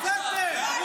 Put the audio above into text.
ניצחתם?